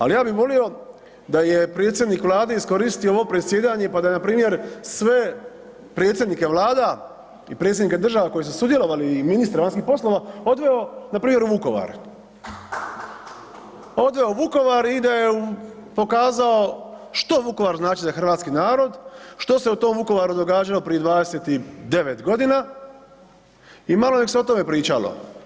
Ali ja bi volio da je predsjednik vlade iskoristio ovo predsjedanje, pa da je npr. sve predsjednike vlada i predsjednike država koji su sudjelovali i ministre vanjskih poslova odveo npr. u Vukovar, odveo u Vukovar i da je pokazao što Vukovar znači za hrvatski narod, što se u tom Vukovaru događalo prije 29.g. i malo nek se o tome pričalo.